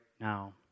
now